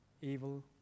evil